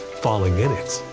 falling in it,